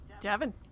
devin